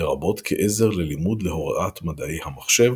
לרבות כעזר ללימוד להוראת מדעי המחשב